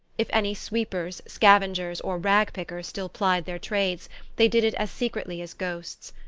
if any sweepers, scavengers or rag-pickers still plied their trades they did it as secretly as ghosts.